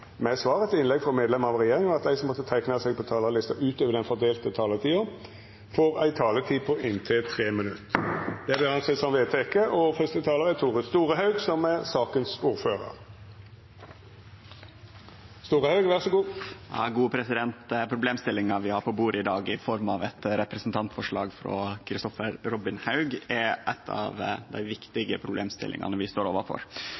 med svar etter innlegg frå medlemer av regjeringa, og at dei som måtte teikna seg på talarlista utover den fordelte taletida, får ei taletid på inntil 3 minutt. – Det er vedteke. Problemstillinga vi har på bordet i dag, i form av eit representantforslag frå Kristoffer Robin Haug, er ei av dei viktige problemstillingane vi står overfor.